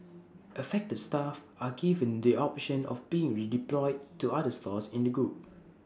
affected staff are given the option of being redeployed to other stores in the group